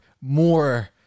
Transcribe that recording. more